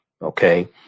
Okay